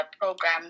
program